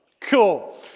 cool